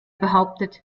behauptet